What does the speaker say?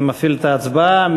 אני מפעיל את ההצבעה.